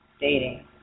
dating